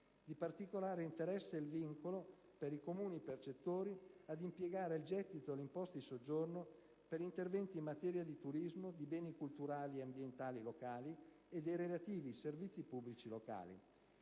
Di particolare interesse è il vincolo, per i Comuni percettori, ad impiegare il gettito d'imposta di soggiorno per interventi in materia di turismo, di beni culturali ed ambientali locali e per relativi servizi pubblici locali.